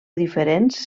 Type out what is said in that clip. diferents